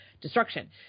destruction